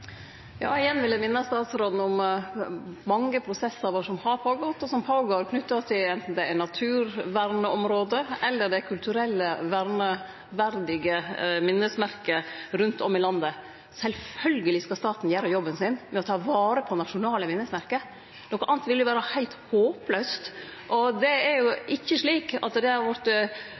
har skjedd, og som skjer – knytte til anten naturvernområde eller kulturelle, verneverdige minnesmerke rundt om i landet. Sjølvsagt skal staten gjere jobben sin med å ta vare på nasjonale minnesmerke, noko anna ville vere heilt håplaust. Og det er jo ikkje slik at det har vorte